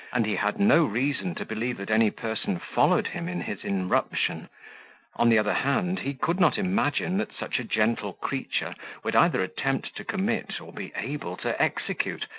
and he had no reason to believe that any person followed him in his inruption on the other hand, he could not imagine that such a gentle creature would either attempt to commit, or be able to execute,